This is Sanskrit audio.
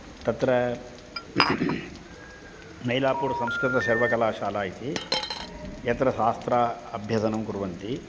तत्र मैलापुरं संस्कृतसर्वकलाशाला इति यत्र शास्त्राभ्यसनं कुर्वन्ति